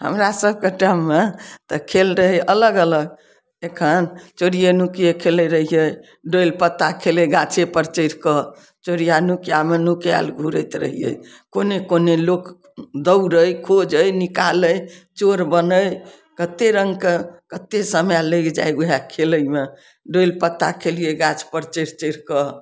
हमरा सबके टाइममे तऽ खेल रहय अलग अलग एखन चोरिये नुकिये खेलय रहियइ डोलि पत्ता खेलय गाछेपर चढ़िकऽ चोरिया नुकियामे नुकायल घुरैत रहियइ कोने कोने लोक दौड़य खोजय निकालय चोर बनय कत्ते रङ्गके कत्ते समय लगि जाइ उएह खेलयमे डोलिपत्ता खेलियइ गाछपर चढ़ि चढ़िकऽ